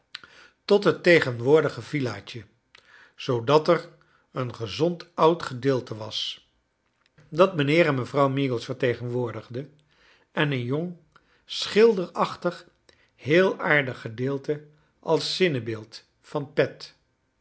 tot hefc tegenwoordige villatje zoodat er een gezond oud gedeelte was dat mijnheer en mevrouw meagles vertegenwoordigde en een jong schilderachtig heel aardig gedeelte als zinnebeeld van pet